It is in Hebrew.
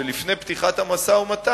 לפני פתיחת המשא-ומתן,